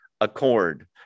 accord